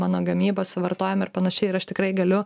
mano gamyba suvartojimą ir panašiai ir aš tikrai galiu